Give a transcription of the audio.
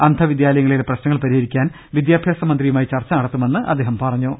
അന്ധവിദ്യാലയങ്ങളിലെ പ്രശ്നങ്ങൾ പരിഹരിക്കാൻ വിദ്യാഭ്യാസ മന്ത്രിയുമായി ചർച്ച നടത്തുമെന്ന് അദ്ദേഹം പറഞ്ഞു